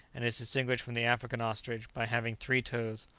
and is distinguished from the african ostrich by having three toes,